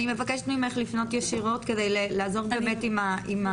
אני מבקשת ממך לפנות ישירות כדי לעזור עם הנוהל.